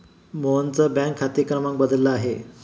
मोहनचा बँक खाते क्रमांक बदलला आहे